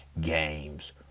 games